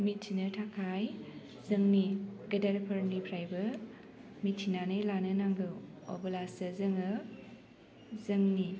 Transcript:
मिथिनो थाखाय जोंनि गेदेरफोरनिफ्रायबो मिथिनानै लानो नांगौ अब्लासो जोङो जोंनि